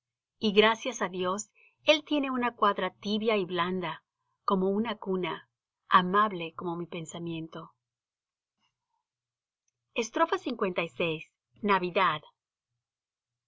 y gracias á dios él tiene una cuadra tibia y blanda como una cuna amable como mi pensamiento lvi navidad